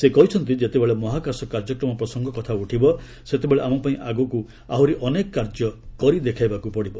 ସେ କହିଛନ୍ତି ଯେତେବେଳେ ମହାକାଶ କାର୍ଯ୍ୟକ୍ରମ ପ୍ରସଙ୍ଗ କଥା ଉଠିବ ସେତେବେଳେ ଆମପାଇଁ ଆଗକୁ ଆହୁରି ଅନେକ କାର୍ଯ୍ୟ କରି ଦେଖାଇବାକୁ ପଡ଼ିବ